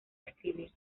escribir